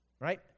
right